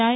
I